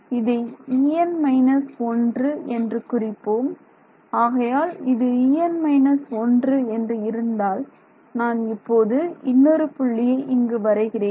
இதை En−1 என்று குறிப்போம் ஆகையால் இது En−1 என்று இருந்தால் நான் இப்போது இன்னொரு புள்ளியை இங்கு வரைகிறேன்